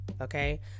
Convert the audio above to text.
okay